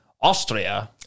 Austria